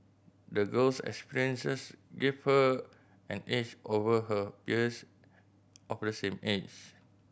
the girl's experiences gave her an edge over her peers of the same age